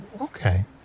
okay